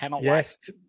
Yes